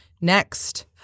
Next